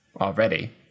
already